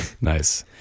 Nice